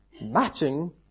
matching